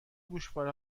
گوشواره